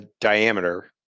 diameter